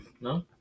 No